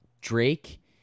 Drake